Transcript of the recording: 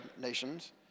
nations